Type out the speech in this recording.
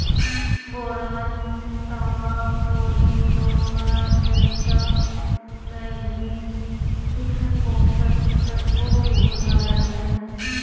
boron, तांबा, chlorine, लोहा, जस्ता, मैंगनीज सूक्ष्म पोषक तत्वों के उदाहरण हैं